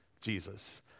Jesus